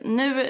nu